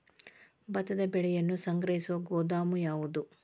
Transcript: ಭತ್ತದ ಬೆಳೆಯನ್ನು ಸಂಗ್ರಹಿಸುವ ಗೋದಾಮು ಯಾವದು?